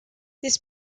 this